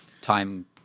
time